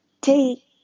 take